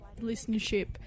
listenership